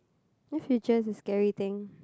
the future is a scary thing